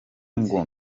ngo